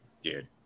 dude